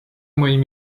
moim